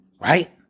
right